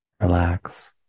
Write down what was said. relax